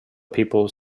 people